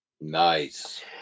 Nice